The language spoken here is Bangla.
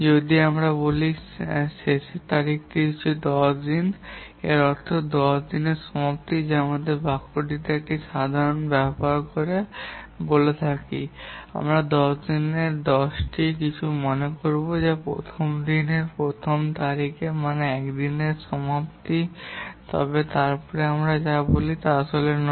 যদি আমরা বলি যে শেষের তারিখটি 10 দিন এর অর্থ এটি 10 দিনের সমাপ্তি যা আমাদের বাক্যগুলিতেও একটি সাধারণ ব্যবহার আমরা বলে থাকি যে আমরা 10 দিনের মাধ্যমে 10 কিছু মানে 10 করব তবে প্রথম দিনের প্রথম তারিখ মানে 1 দিনের সমাপ্তি তবে তারপরে আমরা যা বলি তা আসলে তা নয়